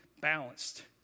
balanced